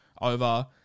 over